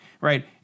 right